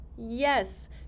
Yes